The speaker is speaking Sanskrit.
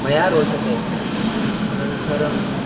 मया रोचते अनन्तरं